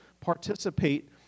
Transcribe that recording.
participate